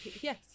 Yes